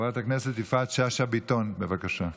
חברת הכנסת יפעת שאשא ביטון, בבקשה.